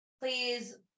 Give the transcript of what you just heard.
please